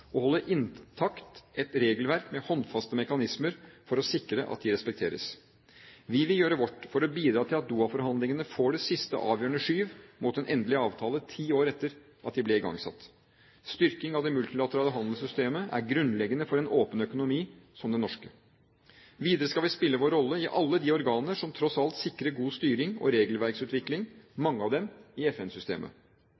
og holde intakt et regelverk med håndfaste mekanismer for å sikre at de respekteres. Vi vil gjøre vårt for å bidra til at Doha-forhandlingene får det siste avgjørende skyv mot en endelig avtale, ti år etter at de ble igangsatt. Styrking av det multilaterale handelssystemet er grunnleggende for en åpen økonomi som den norske. Videre skal vi spille vår rolle i alle de organer som tross alt sikrer god styring og regelverksutvikling